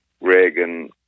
Reagan